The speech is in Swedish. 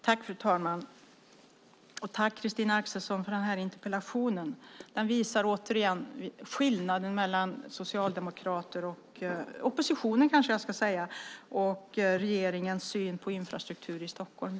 Fru talman! Tack, Christina Axelsson, för interpellationen. Den visar åter skillnaden mellan oppositionens och regeringens syn på infrastruktur i Stockholm.